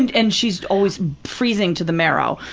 and and she's always freezing to the marrow.